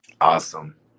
Awesome